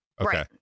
Okay